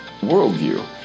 worldview